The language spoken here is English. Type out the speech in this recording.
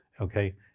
okay